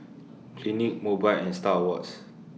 Clinique Mobike and STAR Awards